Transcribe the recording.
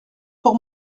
pour